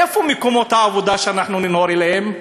איפה מקומות העבודה שאנחנו ננהר אליהם?